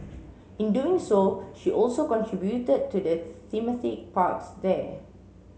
in doing so she also contributed to the thematic parks there